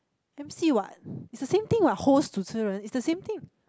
emcee [what] it's the same thing [what] host 主持人 it's the same thing